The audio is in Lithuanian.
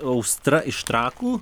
austra iš trakų